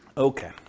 Okay